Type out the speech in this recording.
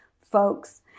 folks